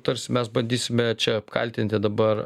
tarsi mes bandysime čia apkaltinti dabar